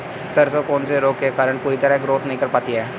सरसों कौन से रोग के कारण पूरी तरह ग्रोथ नहीं कर पाती है?